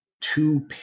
two